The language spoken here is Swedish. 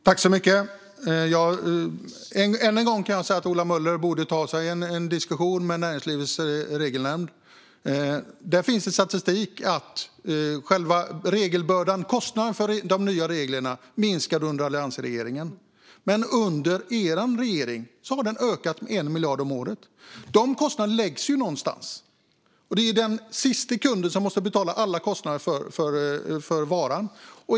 Fru talman! Jag kan än en gång säga att Ola Möller borde ta en diskussion med Näringslivets Regelnämnd. Där finns statistik som visar att kostnaden för de nya reglerna minskade under alliansregeringen. Men under er regering har den ökat med 1 miljard om året. De kostnaderna läggs ju någonstans. Det är den sista kunden som måste betala alla kostnader för varan.